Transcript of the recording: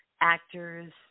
actors